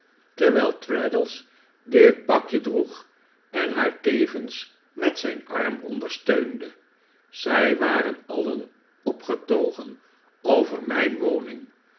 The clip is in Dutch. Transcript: terwijl traddles dit pakje droeg en haar tevens met zijn arm ondersteunde zij waren alien opgetogen over mijn woning